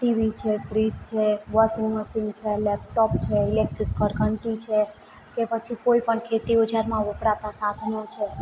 T V છે fridge છે washing machine છે લેપટોપ છે ઇલેક્ટ્રિક ઘરઘંટી છે કે પછી કોઇપણ ખેતી ઓજારમાં વપરાતાં સાધનો છે